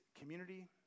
community